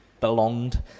belonged